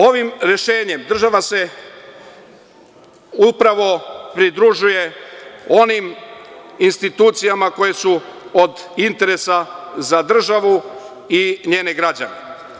Ovim rešenjem država se upravo pridružuje onim institucijama koje su od interesa za državu i njene građane.